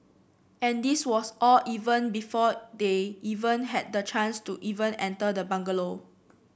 and this was all even before they even had the chance to even enter the bungalow